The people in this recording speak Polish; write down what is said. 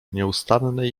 nieustannej